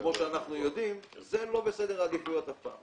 וכמו שאנחנו יודעים זה לא בסדר העדיפויות אף פעם